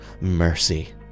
Mercy